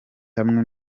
hamwe